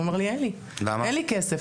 הוא אמר לי: אין לי כסף.